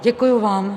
Děkuji vám.